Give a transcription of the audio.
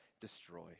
destroy